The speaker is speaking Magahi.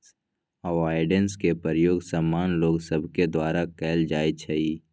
अवॉइडेंस के प्रयोग सामान्य लोग सभके द्वारा कयल जाइ छइ